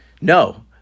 no